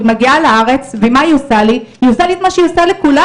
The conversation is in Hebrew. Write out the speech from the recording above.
היא מגיעה לארץ והיא עושה לי את מה שהיא עושה לכולם.